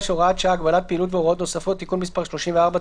(הוראת שעה) (הגבלת פעילות והוראות נוספות)(תיקון מס' 34),